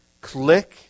Click